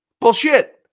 Bullshit